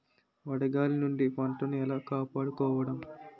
వడగాలి నుండి పంటను ఏలా కాపాడుకోవడం?